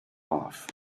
off